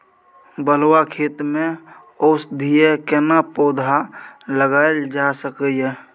बलुआ खेत में औषधीय केना पौधा लगायल जा सकै ये?